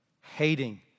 hating